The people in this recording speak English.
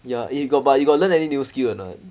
ya eh you got but you got learn any new skill or not